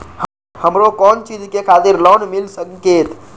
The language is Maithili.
हमरो कोन चीज के खातिर लोन मिल संकेत?